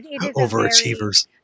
Overachievers